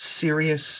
serious